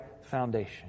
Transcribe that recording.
foundation